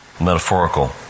metaphorical